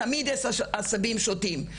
תמיד יש עשבים שוטים,